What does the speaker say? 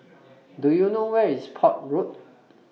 Do YOU know Where IS Port Road